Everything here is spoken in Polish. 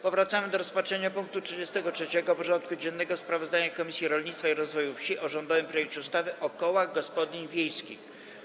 Powracamy do rozpatrzenia punktu 33. porządku dziennego: Sprawozdanie Komisji Rolnictwa i Rozwoju Wsi o rządowym projekcie ustawy o kołach gospodyń wiejskich.